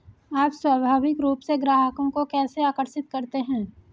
आप स्वाभाविक रूप से ग्राहकों को कैसे आकर्षित करते हैं?